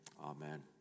Amen